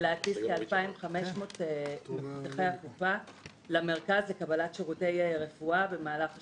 ולהטיס כ-2,500 ממבוטחי הקופה למרכז לקבלת שירותי רפואה במהלך השנה.